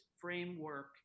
framework